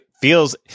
feels